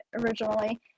originally